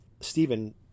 Stephen